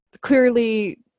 clearly